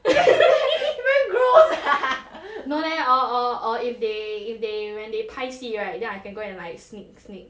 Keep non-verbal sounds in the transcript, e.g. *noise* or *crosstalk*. *laughs* very gross no leh uh uh uh if they if they when they 拍戏 right then I can go and like sneak sneak